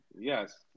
Yes